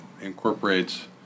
incorporates